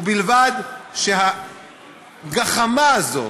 ובלבד שהגחמה הזאת,